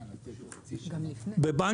בוא